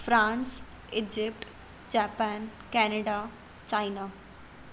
France Egypt Japan Canada China